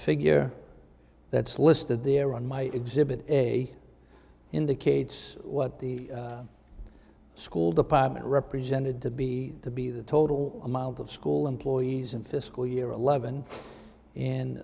figure that is listed there on my exhibit a indicates what the school department represented to be to be the total amount of school employees in fiscal year eleven and